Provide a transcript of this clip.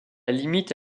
limite